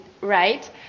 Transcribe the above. right